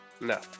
No